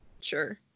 Sure